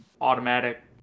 automatic